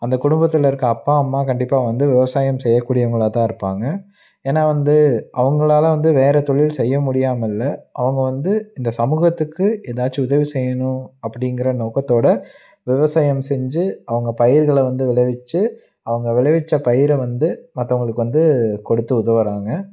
அந்தக் குடும்பத்தில் இருக்க அப்பா அம்மா கண்டிப்பாக வந்து விவசாயம் செய்யக்கூடியவங்களாக தான் இருப்பாங்க ஏன்னா வந்து அவங்களால் வந்து வேற தொழில் செய்ய முடியாமல் இல்லை அவங்க வந்து இந்த சமூகத்துக்கு ஏதாச்சும் உதவி செய்யணும் அப்படிங்கிற நோக்கத்தோடு விவசாயம் செஞ்சு அவங்க பயிர்களை வந்து விளைவிச்சு அவங்கள் விளைவிச்சு பயிரை வந்து மற்றவுங்களுக்கு வந்து கொடுத்து உதவுகிறாங்க